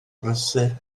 prysur